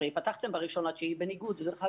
הרי פתחתם בראשון בספטמבר בניגוד דרך אגב,